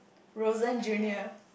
Rosanne Junior